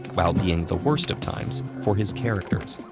while being the worst of times for his characters.